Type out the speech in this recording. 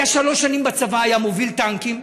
היה שלוש שנים בצבא, היה מוביל טנקים,